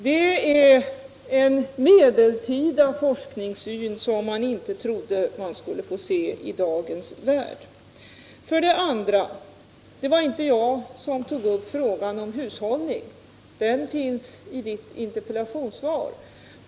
Det är en medeltida forskningssyn som man inte trodde skulle förekomma i dagens värld. Det var inte jag som tog upp frågan om hushållning. Den finns i ditt interpellationssvar.